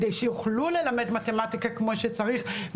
כדי שיוכלו ללמד מתמטיקה כמו שצריך,